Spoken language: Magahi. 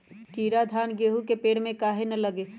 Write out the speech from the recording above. कीरा धान, गेहूं के पेड़ में काहे न लगे?